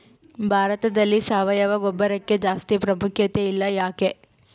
ಭಾರತದಲ್ಲಿ ಸಾವಯವ ಗೊಬ್ಬರಕ್ಕೆ ಜಾಸ್ತಿ ಪ್ರಾಮುಖ್ಯತೆ ಇಲ್ಲ ಯಾಕೆ?